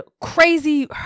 crazy